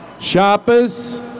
Shoppers